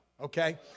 okay